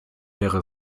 wäre